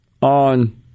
on